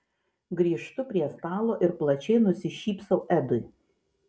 grįžtu prie stalo ir plačiai nusišypsau edui